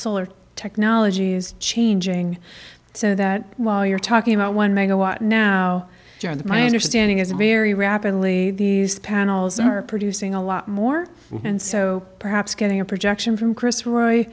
solar technology is changing so that while you're talking about one megawatt now john that my understanding is very rapidly the panels are producing a lot more and so perhaps getting a projection from chris